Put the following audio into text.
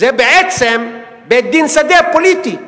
זה בעצם בית-דין שדה פוליטי,